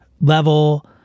level